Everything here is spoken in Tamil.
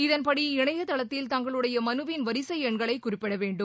இதன்படி இணையதளத்தில் தங்களுடைய மனுவின் வரிசை எண்களை குறிப்பிடவேண்டும்